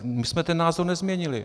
My jsme ten názor nezměnili.